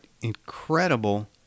incredible